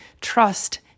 trust